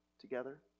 together